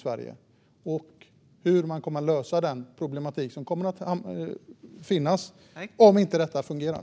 Hur kommer man att lösa de problem som kommer att uppstå om det inte fungerar?